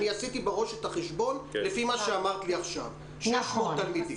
אני עשיתי בראש את החשבון לפי מה שאמרת לי עכשיו 600 תלמידים.